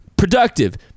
Productive